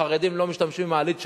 חרדים לא משתמשים במעלית שבת,